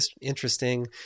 interesting